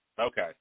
Okay